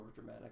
overdramatic